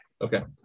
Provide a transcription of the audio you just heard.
Okay